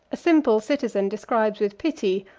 a simple citizen describes with pity,